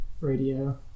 radio